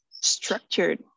structured